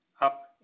up